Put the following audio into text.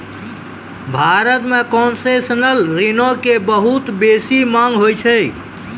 भारत मे कोन्सेसनल ऋणो के बहुते बेसी मांग होय छै